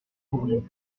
bourbons